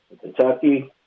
Kentucky